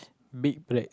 big black